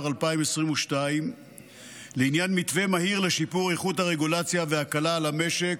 2022 לעניין מתווה מהיר לשיפור איכות הרגולציה והקלה על המשק,